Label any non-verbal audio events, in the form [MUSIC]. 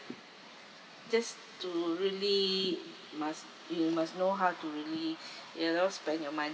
just to really must you must know how to really [BREATH] you know spend your money